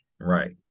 right